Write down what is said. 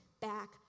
back